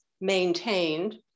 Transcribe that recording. maintained